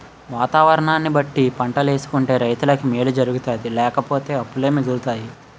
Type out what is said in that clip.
వాతావరణాన్ని బట్టి పంటలేసుకుంటే రైతులకి మేలు జరుగుతాది లేపోతే అప్పులే మిగులుతాయి